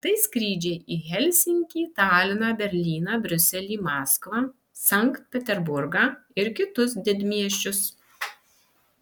tai skrydžiai į helsinkį taliną berlyną briuselį maskvą sankt peterburgą ir kitus didmiesčius